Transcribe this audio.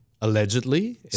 Allegedly